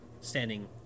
standing